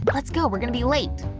but let's go, we're gonna be late!